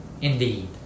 indeed